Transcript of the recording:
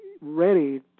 ready